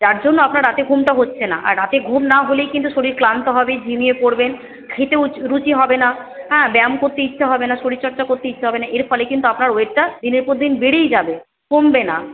যার জন্য আপনার রাতে ঘুমটা হচ্ছে না আর রাতে ঘুম না হলেই কিন্তু শরীর ক্লান্ত হবে ঝিমিয়ে পড়বেন খেতেও রুচি হবে না হ্যাঁ ব্যায়াম করতে ইচ্ছা হবে না শরীরচর্চা করতে ইচ্ছা হবে না এর ফলে কিন্তু আপনার ওয়েটটা দিনের পর দিন বেড়েই যাবে কমবে না